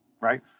right